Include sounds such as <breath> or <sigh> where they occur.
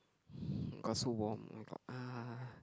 <breath> got so warm I got !ah!